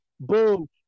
Boom